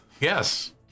Yes